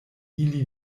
ili